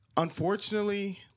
Unfortunately